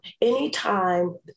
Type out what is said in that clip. anytime